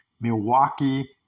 Milwaukee